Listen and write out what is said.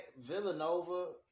Villanova